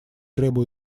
также